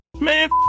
Man